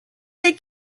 they